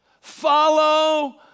Follow